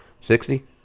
Sixty